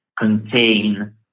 contain